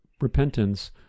repentance